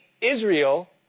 Israel